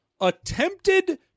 attempted